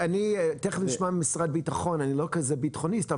תכף נשמע ממשרד הביטחון אני לא כזה ביטחוניסט,